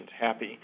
happy